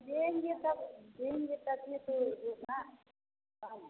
लेंगे तब देंगे तब ही तो होगा कम